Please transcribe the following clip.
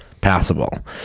Passable